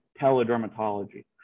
teledermatology